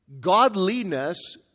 godliness